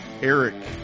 Eric